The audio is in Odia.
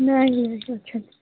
ନାହିଁ ଆଜ୍ଞା ସେ ଅଛନ୍ତି